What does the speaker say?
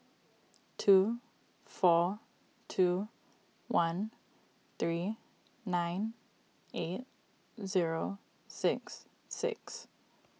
two four two one three nine eight zero six six